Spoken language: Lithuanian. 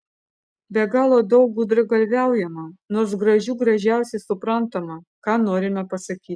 be galo daug gudragalviaujama nors gražių gražiausiai suprantama ką norime pasakyti